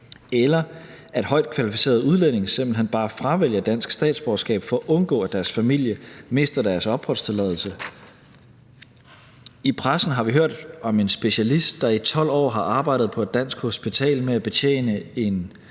eller at højt kvalificerede udlændinge simpelt hen bare fravælger dansk statsborgerskab for at undgå, at deres familie mister deres opholdstilladelse. I pressen har vi hørt om en specialist, der i 12 år har arbejdet på et dansk hospital med at betjene en